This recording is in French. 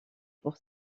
pour